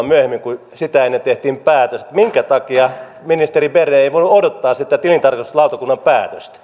myöhemmin kuin sitä ennen tehtiin päätös minkä takia ministeri berner ei ei voinut odottaa sitä tilintarkastuslautakunnan päätöstä